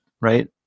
right